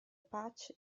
patch